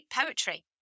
poetry